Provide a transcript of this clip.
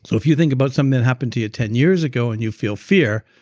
so if you think about something that happened to you ten years ago and you feel fear,